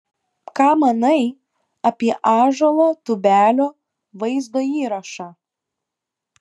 ką manai apie ąžuolo tubelio vaizdo įrašą